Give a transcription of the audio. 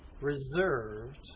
reserved